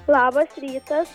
labas rytas